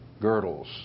girdles